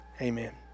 Amen